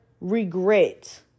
regret